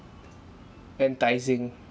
enticing